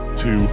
two